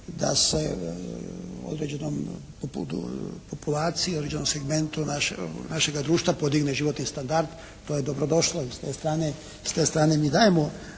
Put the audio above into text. se ne razumije./ … populacije, određenom segmentu našega društva podigne životni standard. To je dobrodošlo i s te strane, s te